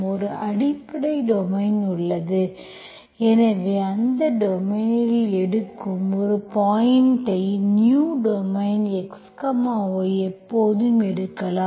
ஒரு அடிப்படை டொமைன் உள்ளது எனவே அந்த டொமைனில் எடுக்கும் ஒரு பாயிண்ட்ஐ நியூ டொமைன் x y எப்போதும் எடுக்கலாம்